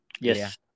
Yes